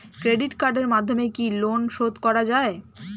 Credit কার্ডের মাধ্যমে কি লোন শোধ করা যায়?